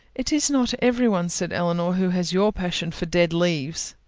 it is not every one, said elinor, who has your passion for dead leaves.